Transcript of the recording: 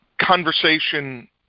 conversation